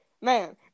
man